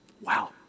Wow